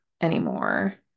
anymore